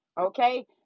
okay